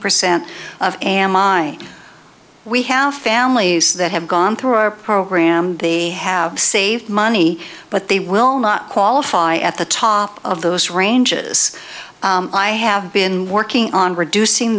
percent of am i we have families that have gone through our program they have saved money but they will not qualify at the top of those ranges i have been working on reducing